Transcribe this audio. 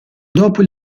dopo